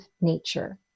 nature